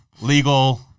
legal